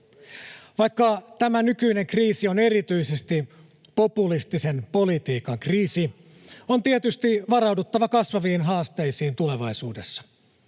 Vaikka tämä nykyinen kriisi on erityisesti populistisen politiikan kriisi, on tietysti varauduttava kasvaviin haasteisiin tulevaisuudessa.